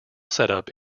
setup